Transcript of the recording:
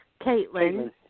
Caitlin